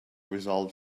resolve